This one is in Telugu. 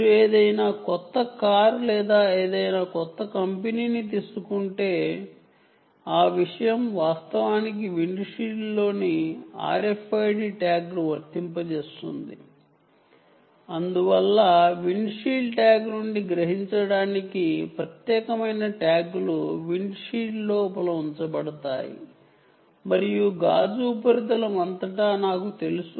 మీరు ఏదైనా కొత్త కార్ లేదా ఏదైనా కంపెనీ ని తీసుకుంటే మారుతి గురించి నేను ప్రస్తావించాను వాస్తవానికి విండ్షీల్డ్లోనే RFID ట్యాగ్ను వర్తింపజేస్తుంది అందువల్ల విండ్షీల్డ్ ట్యాగ్ నుండి గ్రహించబడటానికి ప్రత్యేకమైన ట్యాగ్లు విండ్షీల్డ్ లోపల ఉంచబడతాయి మరియు గ్లాస్ సర్ఫేస్నుండి కూడా సులభంగా చదవబడుతాయి